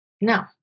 No